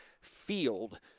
Field